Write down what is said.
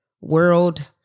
world